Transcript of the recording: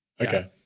Okay